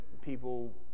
people